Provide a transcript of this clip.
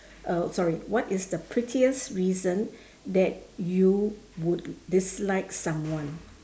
uh sorry what is the prettiest reason that you would dislike someone